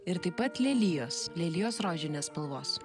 ir taip pat lelijos lelijos rožinės spalvos